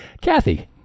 Kathy